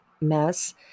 mess